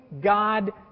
God